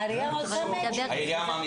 העירייה עושה Matching.